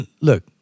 look